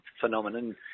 phenomenon